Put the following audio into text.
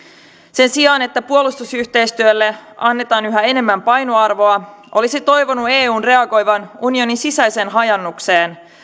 sen sijaan että puolustusyhteistyölle annetaan yhä enemmän painoarvoa olisi toivonut eun reagoivan unionin sisäiseen hajaannukseen